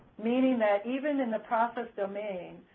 meaning that even in the process domain,